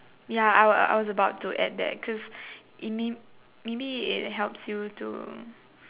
ya I was I was I was about to add that cause maybe maybe it helps you to